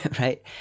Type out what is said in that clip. right